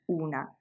una